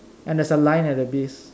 and there's a line at the base